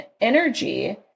energy